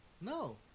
No